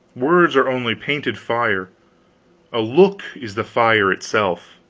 words are only painted fire a look is the fire itself.